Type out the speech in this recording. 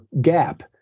gap